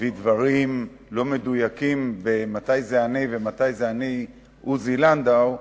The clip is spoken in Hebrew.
מביא דברים לא מדויקים במתי זה אני ומתי אני עוזי לנדאו,